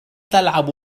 تلعب